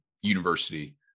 university